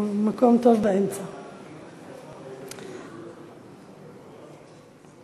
לא מזמן שמענו שיש מתנת